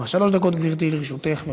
שלוש דקות, גברתי, לרשותך.